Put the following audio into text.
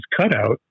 cutout